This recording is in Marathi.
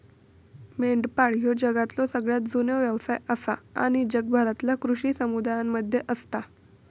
मेंढपाळ ह्यो जगातलो सगळ्यात जुनो व्यवसाय आसा आणि जगभरातल्या कृषी समुदायांमध्ये असता